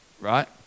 right